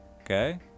okay